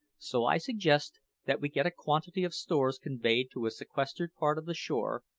so i suggest that we get a quantity of stores conveyed to a sequestered part of the shore,